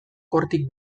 hortik